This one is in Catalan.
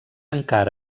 encara